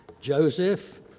Joseph